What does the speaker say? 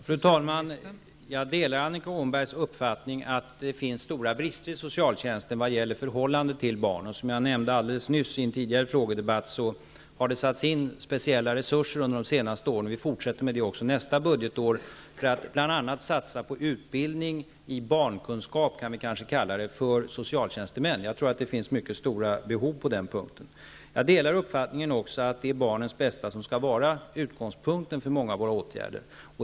Fru talman! Jag delar Annika Åhnbergs uppfattning att det finns stora brister i socialtjänsten vad gäller förhållandet till barnen. Som jag nämnde i en tidigare frågedebatt har det under de senaste åren satts in speciella resurser, och vi fortsätter med det också nästa budgetår för att bl.a. satsa på utbildning i barnkunskap för socialtjänstemän. Jag tror att det finns mycket stora behov på det området. Jag delar också uppfattningen att det är barnens bästa som skall vara utgångspunkten för många av våra åtgärder.